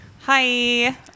Hi